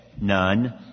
None